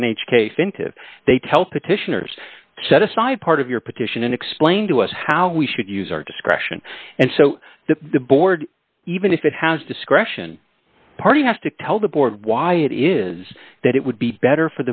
n h case in to they tell petitioners to set aside part of your petition and explain to us how we should use our discretion and so the board even if it has discretion party has to tell the board why it is that it would be better